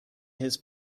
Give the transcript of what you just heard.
his